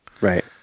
Right